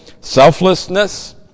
selflessness